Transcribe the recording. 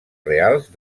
reals